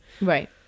Right